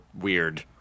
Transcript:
weird